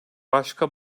başka